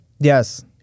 Yes